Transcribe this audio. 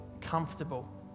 comfortable